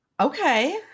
Okay